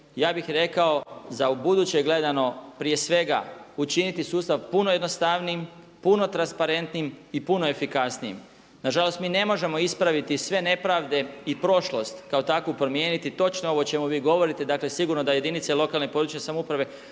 ja bih rekao za ubuduće gledano prije svega učiniti sustav puno jednostavnijim, puno transparentnijim i puno efikasnijim. Nažalost, mi ne možemo ispraviti sve nepravde i prošlost kao takvu promijeniti, točno ovo o čemu vi govorite, dakle sigurno da jedinice lokalne i područne samouprave